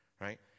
right